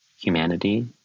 humanity